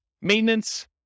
maintenance